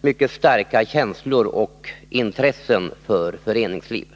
mycket starka känslor inför och intressen i föreningsliv.